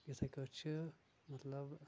یِتھے کٲٹھۍ چھِ مطلب